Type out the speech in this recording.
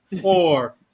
four